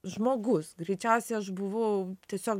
žmogus greičiausiai aš buvau tiesiog